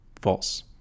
False